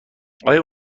آیا